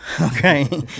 Okay